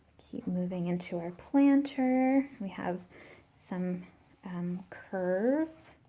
keep moving into our planter. we have some um curve